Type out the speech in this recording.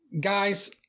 guys